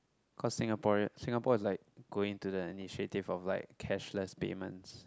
cause Singaporean Singapore is like going to the initiative of like cashless payments